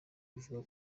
avuga